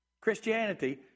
Christianity